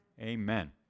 Amen